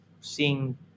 seeing